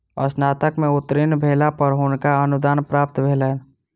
स्नातक में उत्तीर्ण भेला पर हुनका अनुदान प्राप्त भेलैन